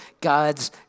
God's